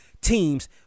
teams